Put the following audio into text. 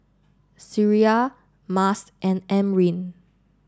Syirah Mas and Amrin